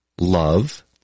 love